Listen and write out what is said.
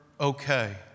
okay